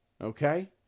Okay